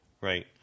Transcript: right